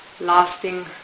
lasting